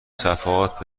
صفحات